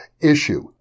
issue